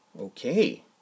Okay